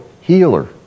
healer